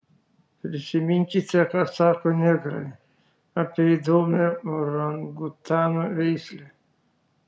prisiminkite ką sako negrai apie įdomią orangutanų veislę